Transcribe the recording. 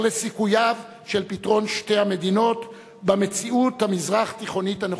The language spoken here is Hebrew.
לסיכוייו של פתרון שתי המדינות במציאות המזרח-תיכונית הנוכחית.